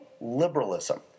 Liberalism